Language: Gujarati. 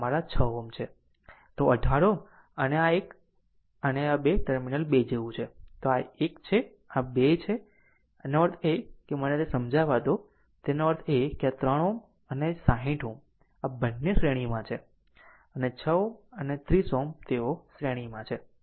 તો 18 Ω અને આ એક અને 2 ટર્મિનલ આ જેવું છે આ 1 છે આ 2 છે એનો અર્થ છે કે મને તે સમજાવા દો તેનો અર્થ એ કે 3 Ω અને 60 Ω આ બંને શ્રેણીમાં છે અને 6 Ω અને 30 Ω તેઓ શ્રેણીમાં છે